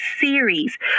series